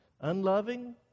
unloving